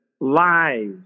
lies